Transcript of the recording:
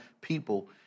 people